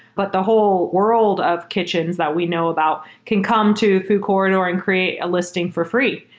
but the whole world of kitchens that we know about can come to food corridor and create a listing for free.